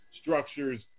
structures